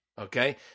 okay